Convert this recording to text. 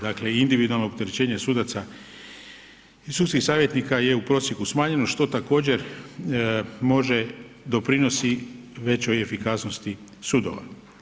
Dakle i individualno opterećenje sudaca i sudskih savjetnika je u prosjeku smanjeno što također može doprinosi većoj efikasnosti sudova.